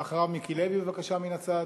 ואחריו, מיקי לוי, בבקשה, מן הצד.